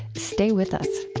stay with us